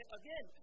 again